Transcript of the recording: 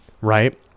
right